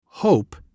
HOPE